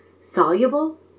soluble